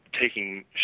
taking